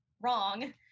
wrong